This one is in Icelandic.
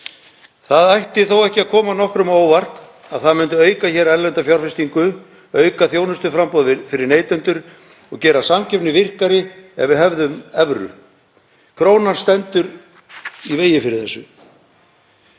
Það ætti þó ekki að koma nokkrum á óvart að það myndi auka hér erlenda fjárfestingu, auka þjónustuframboð fyrir neytendur og gera samkeppni virkari ef við hefðum evru. Krónan stendur í vegi fyrir þessu.